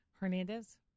Hernandez